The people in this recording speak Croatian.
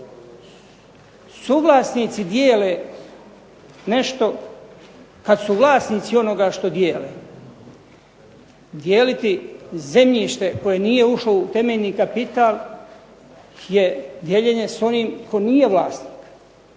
Suvlasnici dijele nešto, kad su vlasnici onoga što dijele. Dijeliti zemljište koje nije ušlo u temeljni kapital je dijeljenje s onim tko nije vlasnik.